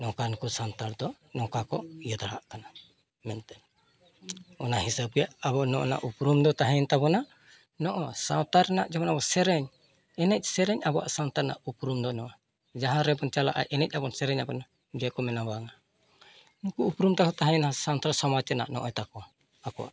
ᱱᱚᱝᱠᱟᱱᱟᱠᱚ ᱥᱟᱱᱛᱟᱲ ᱫᱚ ᱱᱚᱝᱠᱟᱠᱚ ᱤᱭᱟᱹ ᱫᱟᱲᱮᱭᱟᱜ ᱠᱟᱱᱟ ᱢᱮᱱᱛᱮ ᱚᱱᱟ ᱦᱤᱥᱟᱹᱵᱽᱜᱮ ᱟᱵᱚ ᱱᱚᱜ ᱚ ᱱᱟ ᱩᱯᱨᱩᱢᱫᱚ ᱛᱟᱦᱮᱸᱭᱮᱱ ᱛᱟᱵᱚᱱᱟ ᱱᱚᱜᱼᱚᱭ ᱥᱟᱶᱛᱟᱨᱮᱱᱟᱜ ᱡᱮᱢᱚᱱ ᱟᱵᱚ ᱥᱮᱨᱮᱧ ᱮᱱᱮᱡ ᱥᱮᱨᱮᱧ ᱟᱵᱚᱣᱟᱜ ᱥᱟᱶᱛᱟ ᱨᱮᱱᱟᱜ ᱩᱯᱨᱩᱢ ᱫᱚ ᱱᱚᱣᱟ ᱡᱟᱦᱟᱸ ᱨᱮᱜᱮᱵᱚᱱ ᱪᱟᱞᱟᱜᱼᱟ ᱮᱱᱮᱡ ᱟᱵᱚᱱ ᱥᱮᱨᱮᱧᱟᱵᱚᱱ ᱡᱮᱠᱚ ᱢᱮᱱᱟ ᱵᱟᱝᱟ ᱱᱩᱠᱩ ᱩᱯᱨᱩᱢ ᱛᱟᱠᱚ ᱛᱟᱦᱮᱸᱭᱱᱟ ᱥᱟᱱᱛᱟᱲ ᱥᱚᱢᱟᱡᱽ ᱨᱮᱱᱟᱜ ᱱᱚᱜᱼᱚᱭ ᱛᱟᱠᱚ ᱟᱠᱚᱣᱟᱜ